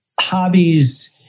hobbies